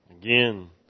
Again